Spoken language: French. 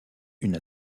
une